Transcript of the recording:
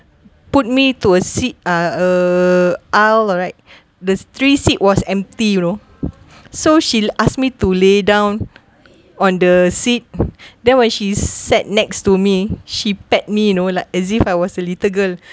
put me to a seat uh a aisle alright the three seat was empty you know so she asked me to lay down on the seat then when she sat next to me she pet me you know like as if I was a little girl